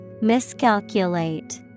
Miscalculate